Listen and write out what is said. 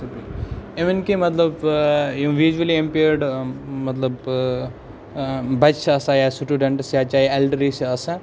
اِوٕن کہ مطلب یِم ویٖجؤلی اِمپیرڑ مطلب بَچہِ چھِ آسان یا سٹوٗڈنٛٹس یا چاہے اٮ۪لڑَرلی چھِ آسان